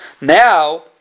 Now